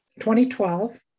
2012